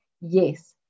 Yes